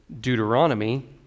Deuteronomy